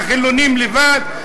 החילונים לבד,